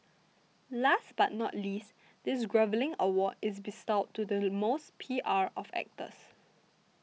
last but not least this groveling award is bestowed to the most P R of actors